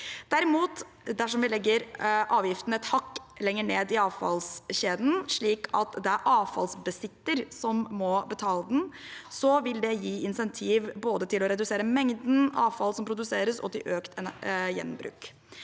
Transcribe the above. derimot legger avgiften et hakk lenger ned i avfallskjeden, slik at det er avfallsbesitter som må betale den, vil det gi insentiver både til å redusere mengden avfall som produseres, og til økt gjenbruk.